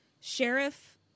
Sheriff